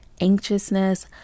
anxiousness